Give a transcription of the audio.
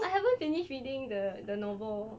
I haven't finish reading the the novel